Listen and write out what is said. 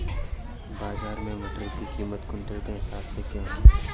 बाजार में मटर की कीमत क्विंटल के हिसाब से क्यो है?